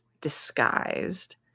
disguised